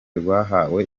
rwahawe